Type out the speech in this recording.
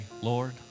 Lord